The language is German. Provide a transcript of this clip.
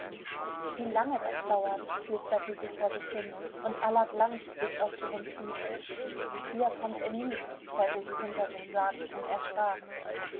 wie lange das dauert flüsterte sie vor sich hin und aller glanz wich aus ihren zügen hier kommt er nie hörte sie hinter sich sagen und erschrak